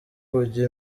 kujya